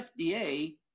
FDA